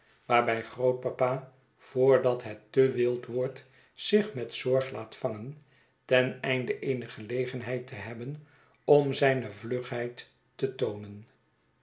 waarbij grootpapa voordat het te wild wordt zich met zorg laat vangen ten einde eene gelegenheid te hebben om zijne vlugheid te toonen